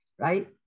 right